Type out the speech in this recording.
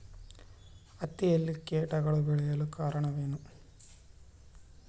ಹತ್ತಿಯಲ್ಲಿ ಕೇಟಗಳು ಬೇಳಲು ಕಾರಣವೇನು?